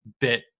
bit